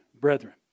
brethren